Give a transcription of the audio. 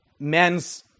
men's